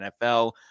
NFL